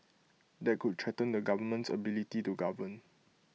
that could threaten the government's ability to govern